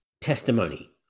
testimony